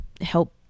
help